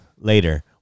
later